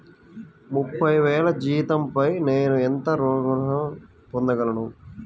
ముప్పై వేల జీతంపై నేను ఎంత గృహ ఋణం పొందగలను?